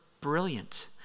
brilliant